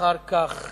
אחר כך